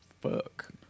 fuck